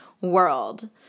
world